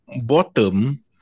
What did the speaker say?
bottom